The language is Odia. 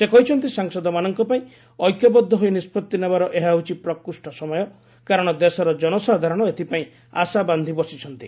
ସେ କହିଛନ୍ତି ସାଂସଦମାନଙ୍କ ପାଇଁ ଐକ୍ୟବଦ୍ଧ ହୋଇ ନିଷ୍ପଭି ନେବାର ଏହା ହେଉଛି ପ୍ରକୃଷ୍ଟ ସମୟ କାରଣ ଦେଶର ଜନସାଧାରଣ ଏଥିପାଇଁ ଆଶାବାନ୍ଧି ବସିଛନ୍ତି